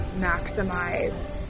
maximize